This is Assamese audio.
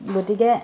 গতিকে